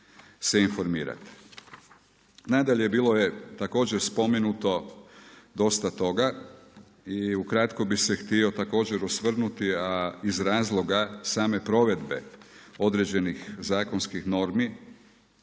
Nadalje, bilo je također spomenuto dosta toga i ukratko bih se htio također osvrnuti, a iz razloga same provedbe određenih zakonskih normi